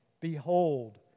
Behold